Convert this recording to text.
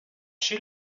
she